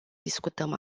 discutăm